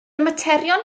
materion